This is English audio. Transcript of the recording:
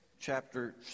chapter